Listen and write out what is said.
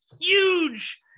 huge